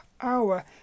hour